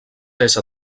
esser